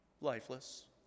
lifeless